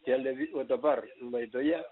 televi o dabar laidoje